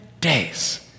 days